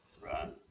Right